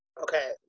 Okay